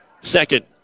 second